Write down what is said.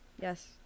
Yes